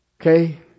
Okay